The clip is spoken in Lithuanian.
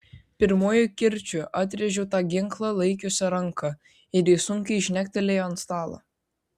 pirmuoju kirčiu atrėžiau tą ginklą laikiusią ranką ir ji sunkiai žnektelėjo ant stalo